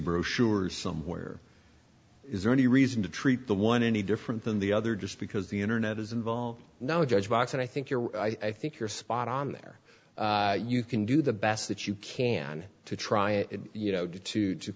brochures somewhere is there any reason to treat the one any different than the other just because the internet is involved now a judge box and i think you're i think you're spot on there you can do the best that you can to try it you know just to